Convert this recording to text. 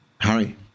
Harry